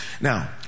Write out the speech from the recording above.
Now